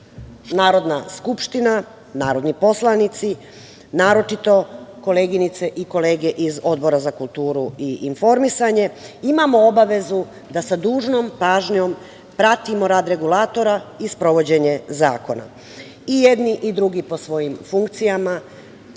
Narodna skupština, narodni poslanici, naročito koleginice i kolege iz Odbora za kulturu i informisanje, imamo obavezu da sa dužnom pažnjom pratimo rad regulatora i sprovođenje zakona. I jedni i drugi po svojim funkcijama